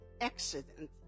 accident